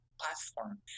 platform